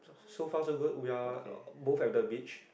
so far so good we're both at the beach